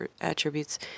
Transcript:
attributes